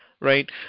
right